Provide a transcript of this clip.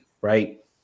right